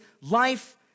life